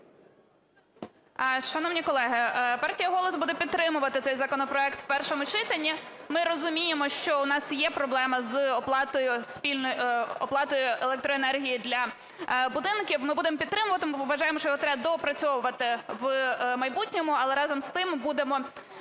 Шановні колеги, партія "Голос" буде підтримувати цей законопроект у першому читанні. Ми розуміємо, що у нас є проблема з оплатою електроенергії для будинків, ми будемо підтримувати. Ми вважаємо, що його треба доопрацьовувати в майбутньому. Але разом з тим будемо